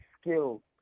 skill